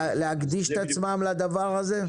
להקדיש את עצמם לדבר הזה?